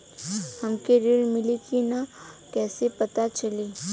हमके ऋण मिली कि ना कैसे पता चली?